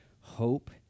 Hope